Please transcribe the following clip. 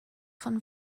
von